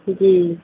جی